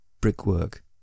brickwork